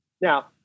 Now